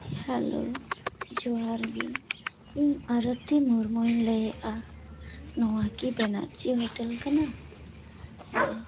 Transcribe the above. hello ᱡᱚᱦᱟᱨᱜᱮ ᱤᱧ ᱟᱨᱚᱛᱤ ᱢᱩᱨᱢᱩᱧ ᱞᱟᱹᱭᱮᱫᱼᱟ ᱱᱚᱣᱟ ᱠᱤ ᱵᱮᱱᱟᱨᱡᱤ ᱦᱳᱴᱮᱞ ᱠᱟᱱᱟ ᱦᱮᱸ